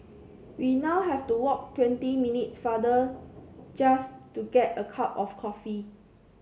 we now have to walk twenty minutes farther just to get a cup of coffee